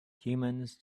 humans